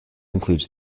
includes